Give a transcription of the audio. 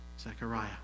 Zechariah